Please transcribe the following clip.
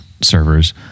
servers